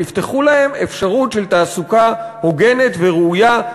תפתחו להם אפשרות של תעסוקה הוגנת וראויה,